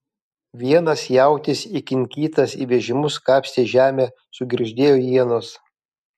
vienas jautis įkinkytas į vežimus kapstė žemę sugirgždėjo ienos